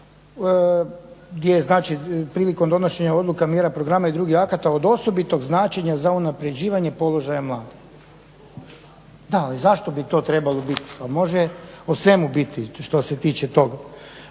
gdje je prilikom donošenja odluka, mjera, programa i drugih akata od osobitog značenja za unapređivanje položaja mladih. Da, ali zašto bi to trebalo biti. Pa može o svemu biti što se tiče toga.